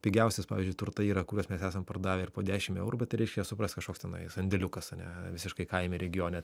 pigiausias pavyzdžiui turtai yra kuriuos mes esam pardavę ir po dešim eurų bet tai reiškia supras kažkoks tenai sandėliukas ane visiškai kaime regione